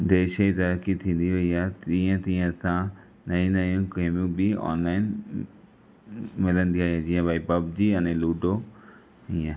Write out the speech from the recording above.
देश जी तरक़ी थींदी वेई आ तीअं तीअं असां नयूं नयूं गेमियूं बि ऑनलाइन मिलंदी आहे जीअं पबजी याने लूडो हीअं